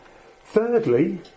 thirdly